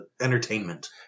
entertainment